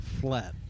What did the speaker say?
flat